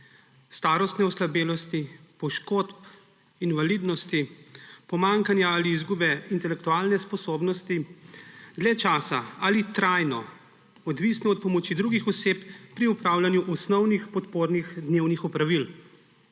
starostne oslabelosti, poškodb, invalidnosti, pomanjkanja ali izgube intelektualne sposobnosti, dlje časa ali trajno odvisno od pomoči drugih oseb pri opravljanju osnovnih in podpornih dnevnih opravil.